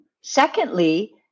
Secondly